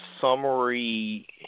summary